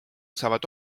saavad